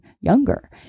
younger